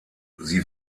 sie